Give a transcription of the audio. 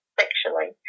sexually